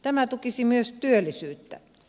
tämä tukisi myös työllisyyttä